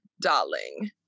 darling